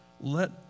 Let